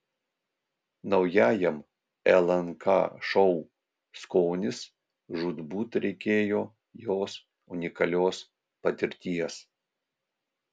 naujajam lnk šou skonis žūtbūt reikėjo jos unikalios patirties